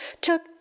took